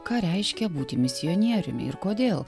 ką reiškia būti misionieriumi ir kodėl